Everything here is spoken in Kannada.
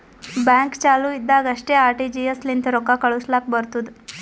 ಬ್ಯಾಂಕ್ ಚಾಲು ಇದ್ದಾಗ್ ಅಷ್ಟೇ ಆರ್.ಟಿ.ಜಿ.ಎಸ್ ಲಿಂತ ರೊಕ್ಕಾ ಕಳುಸ್ಲಾಕ್ ಬರ್ತುದ್